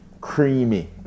creamy